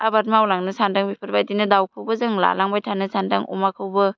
आबाद मावलांनो सान्दों बेफोरबायदिनो दावखौबो जों लालांबाय थानो सान्दों अमाखौबो